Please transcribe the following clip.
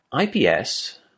IPS